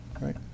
right